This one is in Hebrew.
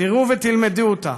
תראו ותלמדו אותה.